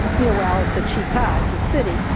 you know, well it's a citta, it's a city.